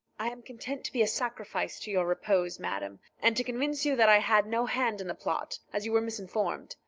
i am content to be a sacrifice to your repose, madam, and to convince you that i had no hand in the plot, as you were misinformed.